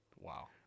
Wow